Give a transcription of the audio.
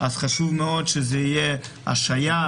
חשוב מאוד שזה יהיה השהיה,